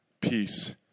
peace